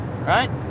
right